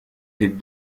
est